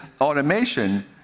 automation